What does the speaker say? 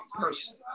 person